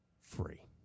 free